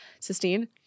Sistine